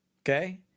Okay